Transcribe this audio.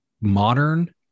modern